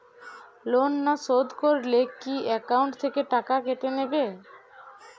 Loan না শোধ করলে কি একাউন্ট থেকে টাকা কেটে নেবে?